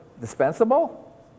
dispensable